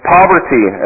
Poverty